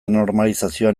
normalizazioan